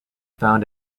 found